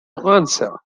answer